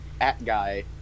at-guy